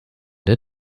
der